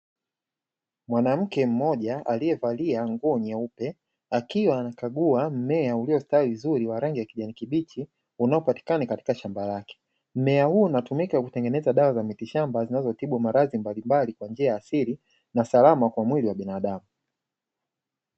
Mwanamke mmoja aliyevalia nguo nyeupe akiwa anakagua mmea uliostawi vizuri wa rangi ya kijani kibichi, unaopatikana katika shamba lake mme huu unatumika kutengeneza dawa za miti shamba zinazotibu maradhi mbalimbali kwa njia ya asili na salama kwa mwili wa binadamu.